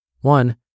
One